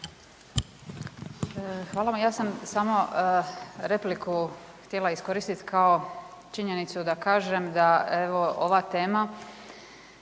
Hvala vam. Ja sam samo repliku htjela iskoristiti kao činjenicu da kažem da evo ova tema